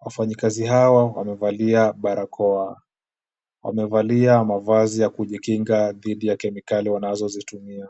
Wafanyikazi hawa wamevalia barakoa. Wamevalia mavazi ya kujikinga dhidi ya kemikali wanazozitumia.